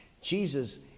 Jesus